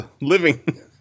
living